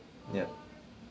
yup